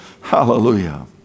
Hallelujah